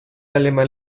alemán